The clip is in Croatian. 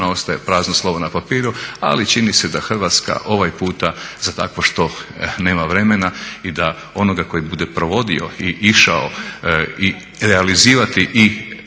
ostaje prazno slovo na papiru. Ali čini se da Hrvatska ovaj puta za takvo što nema vremena i da onoga koji bude provodio i išao i realizirati i